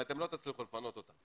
ואתם לא תצליחו לפנות אותם.